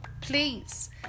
Please